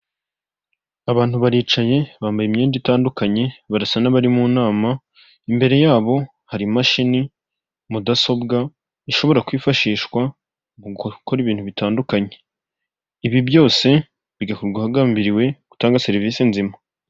Abantu baricaye bambaye imyenda itandukanye barasa n'abari mu nama imbere yabo hari imashini mudasobwa ishobora kwifashishwa mu gukora ibintu bitandukanye ibi byose bigakorwarwa hagambiriwe gutanga serivisi nzima.